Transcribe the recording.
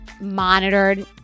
monitored